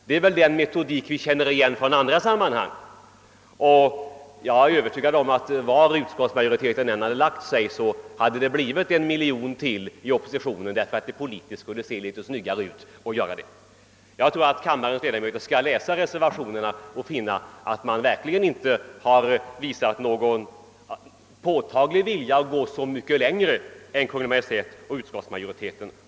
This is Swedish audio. Det är en metodik som vi känner igen från andra sammanhang. Och jag är övertygad om att vad utskottsmajoriteten än hade stannat för skulle oppositionen höjt med en eller annan miljon, ty det skulle politiskt se snyggt ut att göra det. Om kammarens ärade ledamöter läser reservationerna skall de finna att reservanterna verkligen inte har visat någon påtaglig vilja att gå särskilt mycket längre än Kungl. Maj:t och utskottets majoritet.